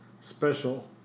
special